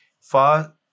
far